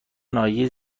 ناحیه